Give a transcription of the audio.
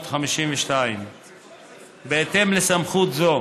1952. בהתאם לסמכות זו